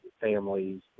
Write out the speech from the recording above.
families